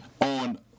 on